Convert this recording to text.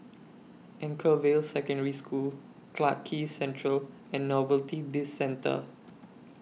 Anchorvale Secondary School Clarke Quay Central and Novelty Bizcentre